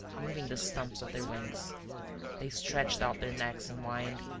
moving the stumps of their wings they stretched out their necks and whined.